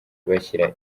bashyira